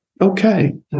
Okay